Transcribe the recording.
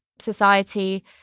society